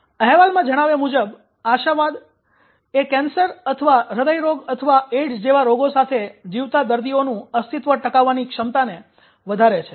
અહેવાલમાં જણાવ્યા મુજબ આશાવાદ કેન્સર અથવા હૃદયરોગ અથવા એઇડ્સ જેવા રોગો સાથે જીવતા દર્દીઓનું અસ્તિત્વ ટકાવવાની ક્ષમતાને વધારે છે